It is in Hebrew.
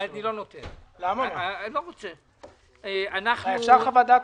אני לא רוצה, לא נותן.